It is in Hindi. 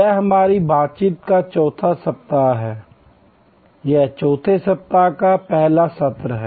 यह हमारी बातचीत का चौथा सप्ताह है यह चौथे सप्ताह का पहला सत्र है